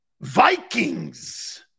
Vikings